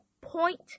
point